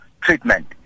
treatment